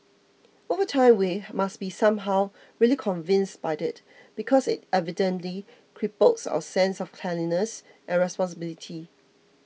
over time we must be somehow really convinced by it because it evidently cripples our sense of cleanliness and responsibility